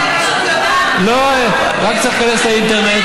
היא לא קראה, רק צריך להיכנס לאינטרנט.